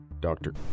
Doctor